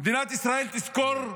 מדינת ישראל תזכור,